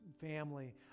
family